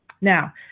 Now